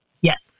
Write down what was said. Yes